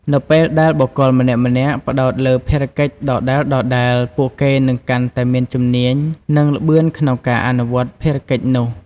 នៅពេលដែលបុគ្គលម្នាក់ៗផ្តោតលើភារកិច្ចដដែលៗ ពួកគេនឹងកាន់តែមានជំនាញ និងល្បឿនក្នុងការអនុវត្តកិច្ចការនោះ។